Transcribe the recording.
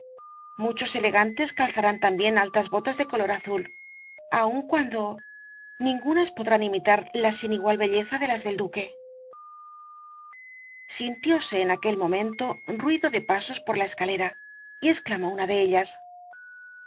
muchos elegantes calzarán también altas botas de color azul aun cuando ningunas podrán imitar la sin igual belleza de las del duque sintióse en aquel momento ruido de pasos por la escalera y exclamó una de ellas